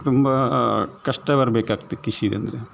ತುಂಬ ಕಷ್ಟ ಬರ್ಬೇಕಾಗ್ತಿತ್ತು ಕೃಷಿಗಂದ್ರೆ